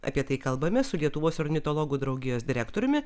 apie tai kalbamės su lietuvos ornitologų draugijos direktoriumi